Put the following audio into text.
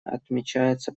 отмечается